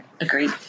Agreed